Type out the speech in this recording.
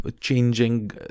changing